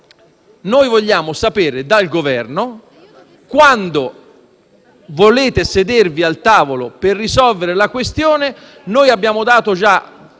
noi vogliamo sapere dal Governo quando volete sedervi al tavolo per risolvere la questione. Noi abbiamo già